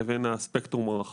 חברי כנסת נכבדים,